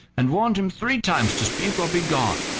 and warned him three times to speak or begone. oh!